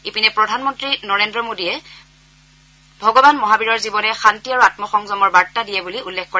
ইপিনে প্ৰধানমন্ত্ৰী নৰেন্দ্ৰ মোদীয়ে ভগৱান মহাবীৰৰ জীৱনে শান্তি আৰু আম্মসংযমৰ বাৰ্তা দিয়ে বুলি উল্লেখ কৰে